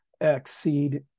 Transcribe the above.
exceed